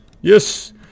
yes